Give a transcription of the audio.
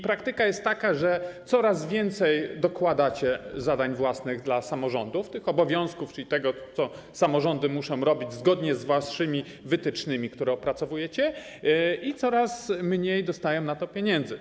Praktyka jest taka, że coraz więcej dokładacie zadań własnych dla samorządów, obowiązków, czyli tego, co samorządy muszą robić zgodnie z waszymi wytycznymi, które opracowujecie, i coraz mniej dostają na to pieniędzy.